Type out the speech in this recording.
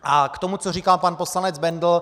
A k tomu, co říkal pan poslanec Bendl.